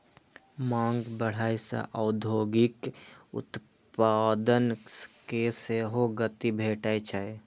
मांग बढ़ै सं औद्योगिक उत्पादन कें सेहो गति भेटै छै